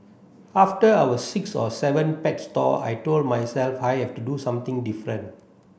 after our sixth or seventh pet store I told myself I have to do something different